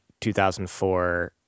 2004